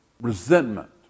resentment